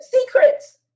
Secrets